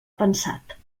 pensat